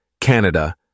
Canada